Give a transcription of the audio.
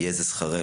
יהיה זה שכרנו.